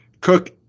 Cook